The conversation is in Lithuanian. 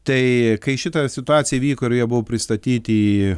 tai kai šita situacija įvyko ir jie buvo pristatyti į